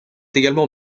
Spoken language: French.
également